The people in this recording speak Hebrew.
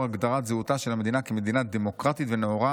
הגדרת זהותה של המדינה כמדינה דמוקרטית ונאורה,